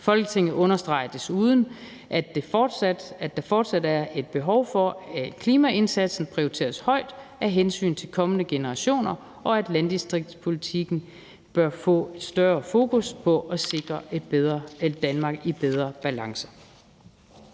Folketinget understreger desuden, at der fortsat er et behov for, at klimaindsatsen prioriteres højt af hensyn til kommende generationer, og at landdistriktspolitikken bør få et større fokus for at sikre et Danmark i en bedre balance.«